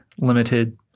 limited